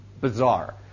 bizarre